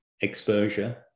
exposure